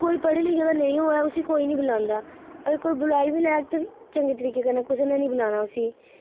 कोई पढ़े लिखे दा नेईं होऐ उसी कोई नी बलांदा अगर कोई बलाई बी लैग ते चंगे तरीके कन्नै कुसै नी बलाना उसी